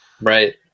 right